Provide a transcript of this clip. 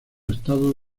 estado